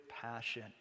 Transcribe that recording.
passion